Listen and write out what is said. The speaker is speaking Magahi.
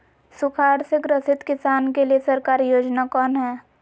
सुखाड़ से ग्रसित किसान के लिए सरकारी योजना कौन हय?